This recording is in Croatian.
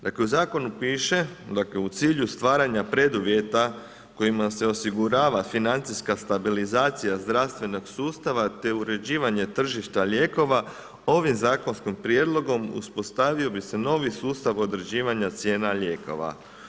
Dakle u zakonu piše, dakle u cilju stvaranja preduvjeta kojima se osigurava financijska stabilizacija zdravstvenog sustava te uređivanje tržišta lijekova, ovim zakonskim prijedlogom uspostavio bi se novi sustav određivanja cijena lijekova.